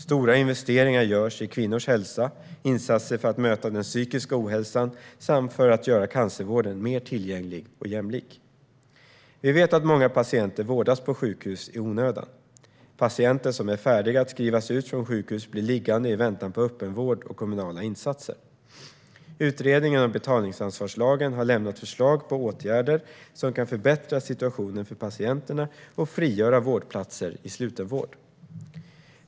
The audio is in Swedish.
Stora investeringar görs i kvinnors hälsa, insatser för att möta den psykiska ohälsan samt för att göra cancervården mer tillgänglig och jämlik. Vi vet att många patienter vårdas på sjukhus i onödan. Patienter som är färdiga att skrivas ut från sjukhus blir liggande i väntan på öppenvård och kommunala insatser. Utredningen om betalningsansvarslagen har lämnat förslag på åtgärder som kan förbättra situationen för patienterna och frigöra vårdplatser i sluten vård.